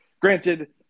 Granted